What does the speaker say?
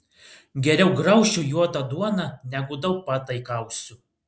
geriau graušiu juodą duoną negu tau pataikausiu